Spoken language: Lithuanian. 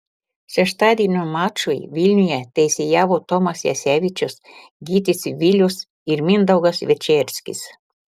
šeštadienio mačui vilniuje teisėjavo tomas jasevičius gytis vilius ir mindaugas večerskis